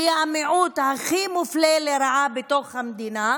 שהיא המיעוט הכי מופלה לרעה בתוך המדינה,